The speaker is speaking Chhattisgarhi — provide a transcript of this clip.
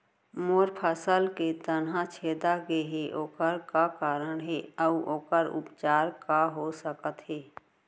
मोर फसल के तना छेदा गेहे ओखर का कारण हे अऊ ओखर उपचार का हो सकत हे?